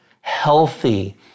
healthy